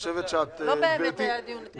לא באמת היה דיון אתמול.